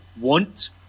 want